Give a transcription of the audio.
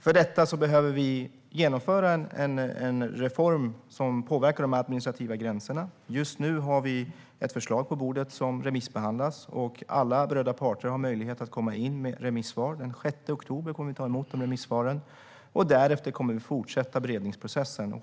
För detta behöver vi genomföra en reform som påverkar de administrativa gränserna. Just nu har vi ett förslag på bordet som remissbehandlas, och alla berörda parter har möjlighet att komma in med remissvar. Den 6 oktober kommer vi att ta emot remissvaren, och därefter kommer vi att fortsätta beredningsprocessen.